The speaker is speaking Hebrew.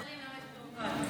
ואז מתפלאים שיש ביורוקרטיה.